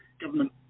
government